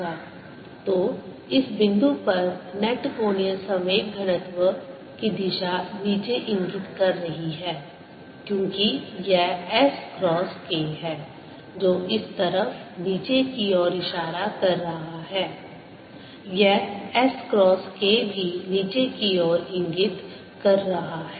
Angular momentum densityabout the common axisS×momentum density0K2π तो इस बिंदु पर नेट कोणीय संवेग घनत्व की दिशा नीचे इंगित कर रही है क्योंकि यह s क्रॉस k है जो इस तरफ नीचे की ओर इशारा कर रहा है यह S क्रॉस K भी नीचे की ओर इंगित कर रहा है